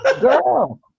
Girl